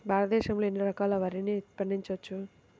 భారతదేశంలో ఎన్ని రకాల వరిని పండించవచ్చు